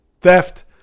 theft